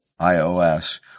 iOS